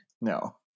No